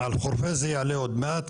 על חורפיש זה יעלה עוד מעט.